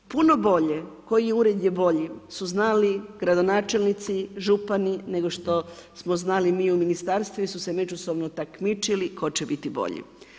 Puno bolje, koji ured je bolji su znali gradonačelnici, župani nego što smo znali mi u ministarstvu jer su se međusobno takmičili tko će biti bolji.